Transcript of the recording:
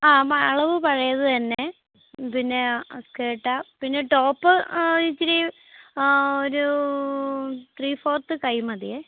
ആ അളവ് പഴയത് തന്നെ പിന്നെ സ്കെട്ടാണ് പിന്നെ ടോപ്പ് ഇച്ചിരി ഒരു ത്രീ ഫോർത്ത് കൈ മതി